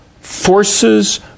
forces